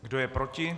Kdo je proti?